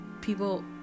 people